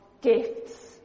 gifts